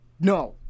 no